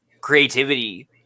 creativity